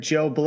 Joe